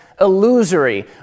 illusory